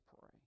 pray